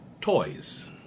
toys